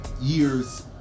years